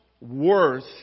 worth